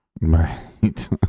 Right